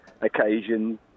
occasions